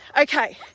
Okay